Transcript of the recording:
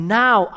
now